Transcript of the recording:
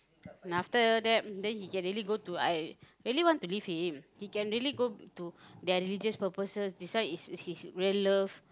then after that then he can really go to I really want to leave him he can really go to their religious purposes this one is his real love